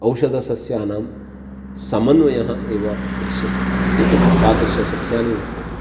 औषदसस्यानां समन्वयः एव दृश्यते तादृशसस्यानि वर्तन्ते